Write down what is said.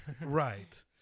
Right